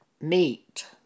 meat